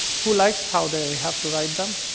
who likes how they have to write them?